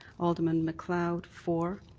alderman macleod for,